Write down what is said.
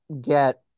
get